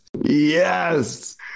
Yes